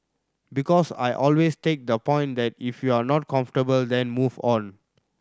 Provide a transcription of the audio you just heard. because I always take the point that if you're not comfortable then move on